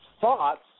thoughts